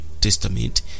Testament